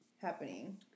happening